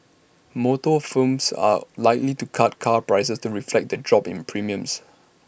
motor firms are likely to cut car prices to reflect the drop in premiums